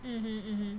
mmhmm mmhmm